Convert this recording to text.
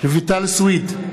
רויטל סויד,